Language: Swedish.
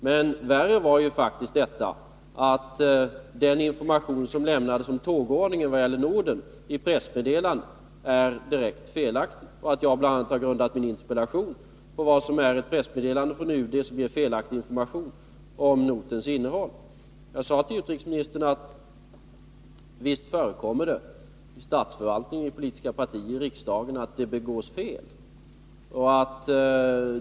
Men värre var faktiskt det förhållandet att den information som lämnades i pressmeddelandet om tågordningen i vad det gäller Norden är direkt felaktig. Jag har alltså bl.a. grundat min interpellation på vad som är ett pressmeddelande från UD som ger felaktig information om notens innehåll. Jag sade till utrikesministern att det visst förekommer i statsförvaltningen, i politiska partier och i riksdagen att fel begås.